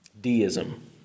Deism